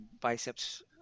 biceps